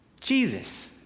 Jesus